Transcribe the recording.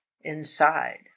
inside